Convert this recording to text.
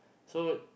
so